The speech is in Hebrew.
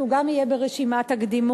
שגם הוא יהיה ברשימת הקדימות.